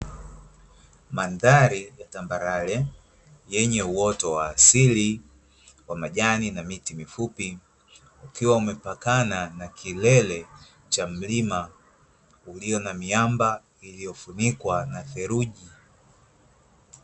Mandhari ni tambarare yenye uoto wa asili wa majani na binti mfupi ukiwa umepakana na kilele cha mlima ulio na miamba iliyofunikwa na theluji.